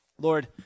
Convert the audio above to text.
Lord